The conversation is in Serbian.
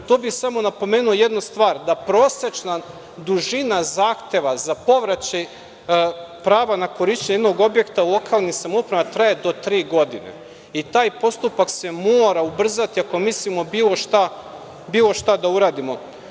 To bih samo napomenuo jednu stvar, da prosečna dužina zahteva za povraćaj prava na korišćenje imovinskih objekta u lokalnim samoupravama traje do tri godine i taj postupak se mora ubrzati ako mislimo bilo šta da uradimo.